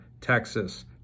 Texas